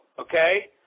Okay